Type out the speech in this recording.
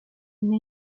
una